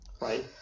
right